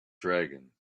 dragon